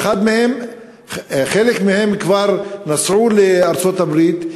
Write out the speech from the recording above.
חלק מהם כבר נסעו לארצות-הברית,